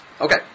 Okay